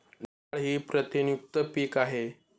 डाळ ही प्रथिनयुक्त पीक आहे